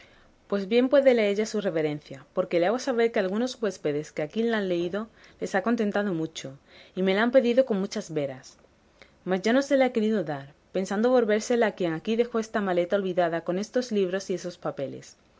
pues bien puede leella su reverencia porque le hago saber que algunos huéspedes que aquí la han leído les ha contentado mucho y me la han pedido con muchas veras mas yo no se la he querido dar pensando volvérsela a quien aquí dejó esta maleta olvidada con estos libros y esos papeles